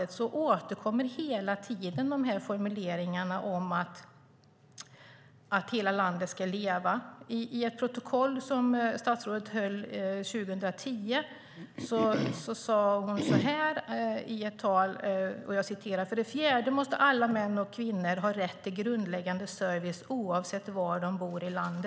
och då återkommer hela tiden formuleringarna om att hela landet ska leva. I ett protokoll från ett möte som statsrådet höll 2010 framgår det att statsrådet sade att för det fjärde måste alla män och kvinnor ha rätt till grundläggande service oavsett var de bor i landet.